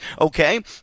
okay